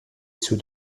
sous